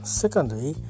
secondly